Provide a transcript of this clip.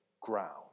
ground